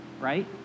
right